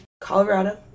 Colorado